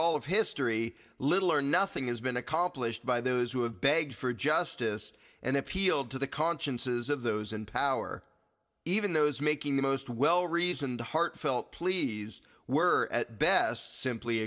all of history little or nothing has been accomplished by those who have begged for justice and appealed to the consciences of those in power even those making the most well reasoned heartfelt pleas were at best simply